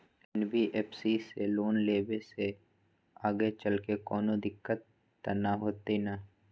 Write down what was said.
NBFC से loan लेबे से आगेचलके कौनो दिक्कत त न होतई न?